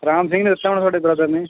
ਰਾਮ ਸਿੰਘ ਨੇ ਦੱਸਿਆ ਹੋਣਾ ਤੁਹਾਡੇ ਬ੍ਰਦਰ ਨੇ